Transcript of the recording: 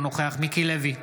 אינו נוכח מיקי לוי,